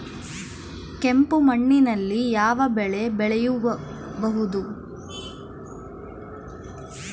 ಕೆಂಪು ಮಣ್ಣಿನಲ್ಲಿ ಯಾವ ಬೆಳೆ ಬೆಳೆಯಬಹುದು?